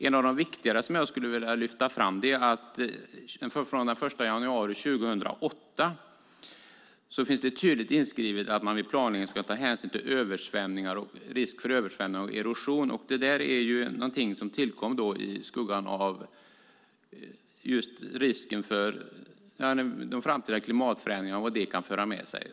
En av de viktigare som jag skulle vilja lyfta fram är att det från den 1 januari 2008 finns tydligt inskrivet att man vid planläggning ska ta hänsyn till risk för översvämningar och erosion. Detta är något som tillkom i skuggan av framtida klimatförändringar och vad de kan föra med sig.